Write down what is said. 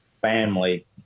family